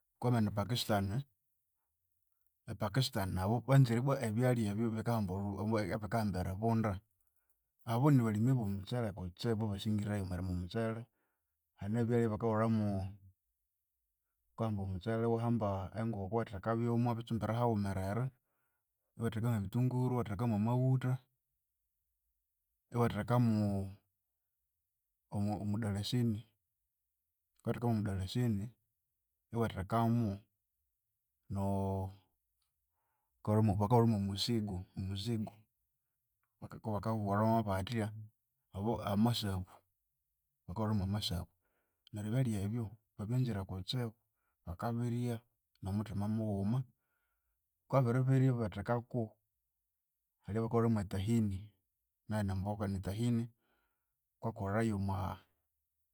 Wukabya e Pakistan, e Pakistan abu ibwa banzire ebyalya ebyo ebikahamba eribunda. Abu nibalimi bo mutsele kutsibu babasingireyu erilima omutsele. Hane ebyalya ebyabakahulhamu wukahamba omutsele iwahamba enkoko iwathekabyomu iwabitsumbira hawumerere, iwathekamu ebithunguru iwa thekamu amawutha iwathekamu omu- omudalasini, wukathekamu omudalasini iwathekamu bakahulha bakahulhamomusigu, omuzigu kubakabwahulhamu bathya. Obo amasabu, bakahulhamu amasabu. Neryu ebyalya ebyo babyanzire kutsibu bakabirya nomuthima mughuma. Wukabya wabiribirya ibathekaku hali eyabakahulhamu Tahini, nayu nimboka nitahini bakakola yomwa